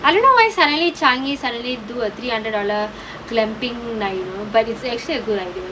I don't know why suddenly changi suddenly do a three hundred dollar camping night but it's actually a good idea